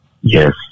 Yes